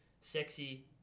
sexy